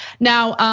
now,